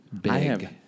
big